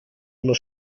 muss